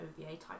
OVA-type